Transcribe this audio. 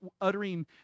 uttering